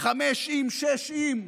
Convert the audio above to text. חמש עם, שש עם,